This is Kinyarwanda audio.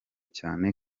cyane